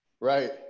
right